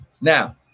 now